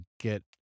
get